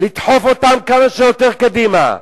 לדחוף אותם כמה שיותר קדימה.